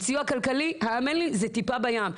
סיוע כלכלי האמן לי זה טיפה בים.